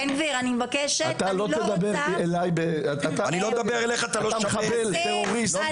אתה מחבל, טרוריסט.